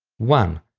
one.